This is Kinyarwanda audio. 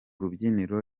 rubyiniro